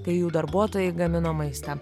kai jų darbuotojai gamino maistą